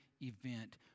event